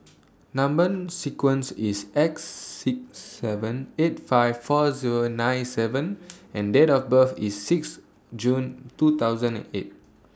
Number sequence IS X six seven eight five four Zero nine seven and Date of birth IS six June two thousand and eight